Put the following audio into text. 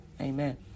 Amen